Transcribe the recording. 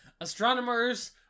astronomers